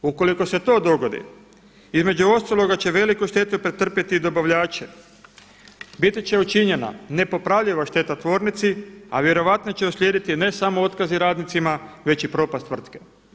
Ukoliko se to dogodi između ostaloga će veliku štetu pretrpjeti i dobavljači, biti će učinjena nepopravljiva šteta tvornici, a vjerojatno će uslijediti ne samo otkazi radnicima već i propast tvrtke.